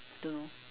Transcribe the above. don't know